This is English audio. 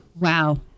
Wow